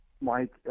Mike